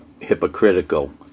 hypocritical